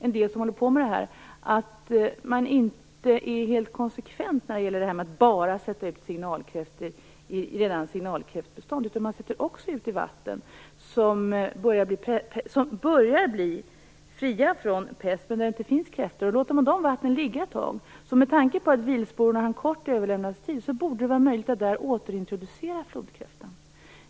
En del som håller på med dessa frågor säger att man inte är helt konsekvent när det gäller att sätta ut signalkräftor i vatten bara där det redan finns signalkräftbestånd. Man sätter också ut i vatten som börjar bli fria från pest men där det inte finns kräftor. Låter man de vattnen vara ett tag borde det, med tanke på att vilsporer har en kort överlevnadstid, vara möjligt att där återintroducera flodkräftan.